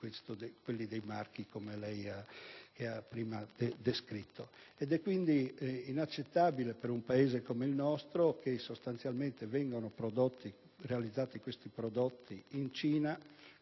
quelli dei marchi che lei ha prima ricordato). È quindi inaccettabile per un Paese come il nostro che sostanzialmente vengano realizzati questi prodotti in Cina,